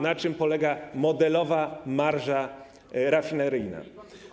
na czym polega modelowa marża rafineryjna.